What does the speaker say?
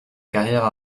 carrière